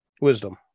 Wisdom